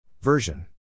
Version